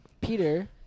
Peter